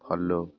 follow